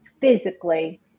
physically